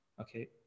Okay